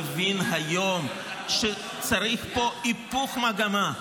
מבין היום שצריך פה היפוך מגמה,